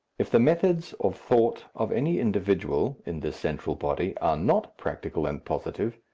if the methods of thought of any individual in this central body are not practical and positive,